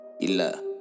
illa